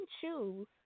choose